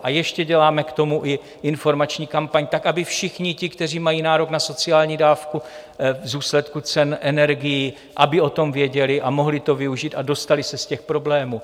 A ještě děláme k tomu i informační kampaň, aby všichni ti, kteří mají nárok na sociální dávku v důsledku cen energií, aby o tom věděli, mohli to využít a dostali se z problémů.